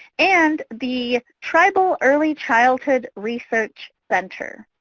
and the tribal early childhood research center.